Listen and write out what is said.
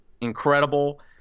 incredible